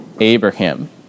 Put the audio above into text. Abraham